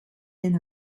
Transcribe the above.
den